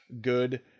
good